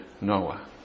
Noah